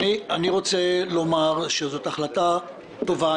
אני רוצה לומר שזאת החלטה טובה.